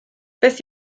beth